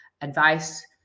advice